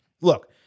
look